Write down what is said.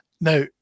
Now